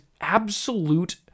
absolute